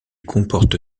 comporte